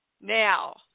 Now